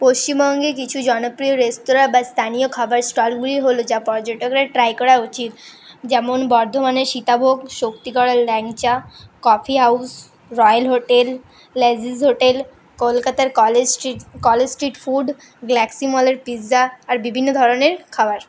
পশ্চিমবঙ্গে কিছু জনপ্রিয় রেস্তোরাঁ বা স্থানীয় খাবার স্টলগুলি হলো যা পর্যটকদের ট্রাই করা উচিত যেমন বর্ধমানের সীতাভোগ শক্তিগড়ের langcha Coffee House Royal Hotel Lazeez hotel কলকাতার College Street College Street food Galaxy মলের পিৎজা আর বিভিন্নধরণের খাবার